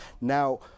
Now